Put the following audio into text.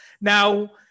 now